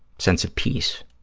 sense of peace,